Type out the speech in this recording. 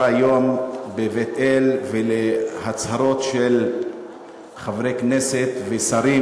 היום בבית-אל ולהצהרות של חברי כנסת ושרים.